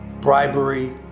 bribery